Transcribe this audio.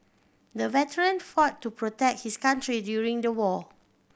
the veteran fought to protect his country during the war